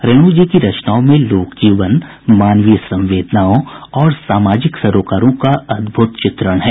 रेणु जी की रचनाओं में लोक जीवन मानवीय संवेदनाओं और सामाजिक सरोकारों का अद्भूत चित्रण है